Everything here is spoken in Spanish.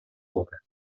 obra